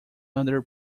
under